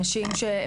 אנשים,